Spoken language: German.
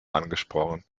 angesprochen